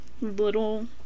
little